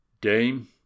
Dame